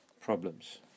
problems